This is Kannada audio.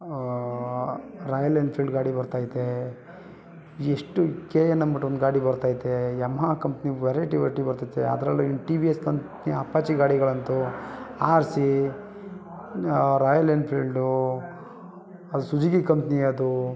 ರಾಯಲ್ ಎನ್ಫೀಲ್ಡ್ ಗಾಡಿ ಬರ್ತೈತೆ ಎಷ್ಟು ಕೆ ಅಂದ್ಬಿಟ್ಟು ಒಂದು ಗಾಡಿ ಬರ್ತೈತೆ ಯಮಹ ಕಂಪ್ನಿ ವೆರೈಟಿ ವೆರೈಟಿ ಬರ್ತೈತೆ ಅದರಲ್ಲೂ ಇನ್ನು T V S company Apache ಗಾಡಿಗಳಂತೂ R C Royal Enfield Suzuki company ಅದು